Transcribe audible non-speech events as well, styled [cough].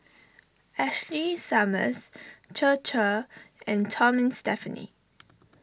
Ashley Summers Chir Chir and Tom and Stephanie [noise]